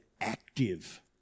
active